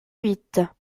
huit